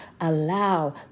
allow